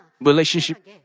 relationship